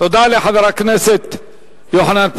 תודה לחבר הכנסת יוחנן פלסנר,